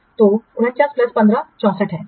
तो 49 प्लस 15 64 है